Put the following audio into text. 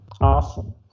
awesome